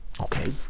Okay